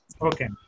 Okay